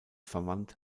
verwandt